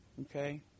Okay